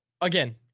again